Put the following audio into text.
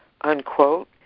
unquote